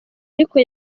ariko